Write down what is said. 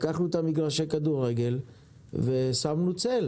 לקחנו את מגרשי הכדורגל ושמנו צל.